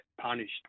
punished